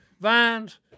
vines